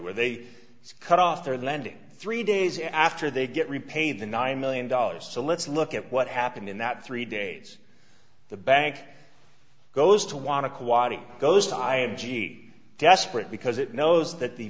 where they cut off their landing three days after they get repaid the nine million dollars so let's look at what happened in that three days the bank goes to want equality goes i have g e desperate because it knows that the